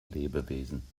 lebewesen